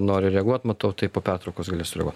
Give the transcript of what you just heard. nori reaguot matau tai po pertraukos galės sureaguot